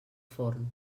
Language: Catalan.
forn